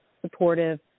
supportive